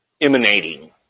emanating